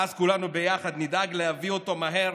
ואז כולנו ביחד נדאג להביא אותו מהר